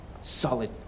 solid